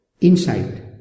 insight